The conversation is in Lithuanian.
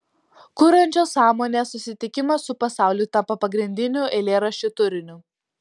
kuriančios sąmonės susitikimas su pasauliu tampa pagrindiniu eilėraščių turiniu